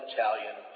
Italian